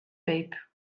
pijp